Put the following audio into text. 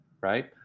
right